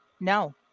No